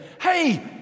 hey